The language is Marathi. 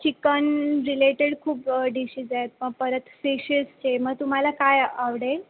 चिकन रिलेटेड खूप डिशिस आहेत मग परत फिशियसचे मग तुम्हाला काय आवडेल